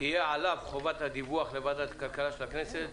תהיה עליו חובת הדיווח לוועדת הכלכלה של הכנסת,